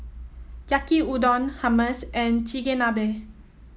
Yaki Udon Hummus and Chigenabe